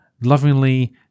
lovingly